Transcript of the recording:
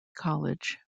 college